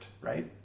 Right